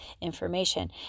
information